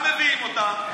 גם מביאים אותם,